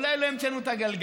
אולי לא המצאנו את הגלגל.